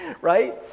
right